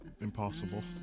Impossible